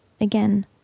again